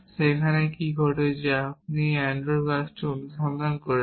সেখানে কী ঘটছে আপনি এই অ্যান্ডো গাছটি অনুসন্ধান করছেন